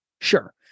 Sure